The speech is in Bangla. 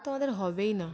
তো আমাদের হবেই না